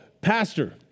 pastor